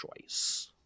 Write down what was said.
choice